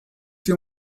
têm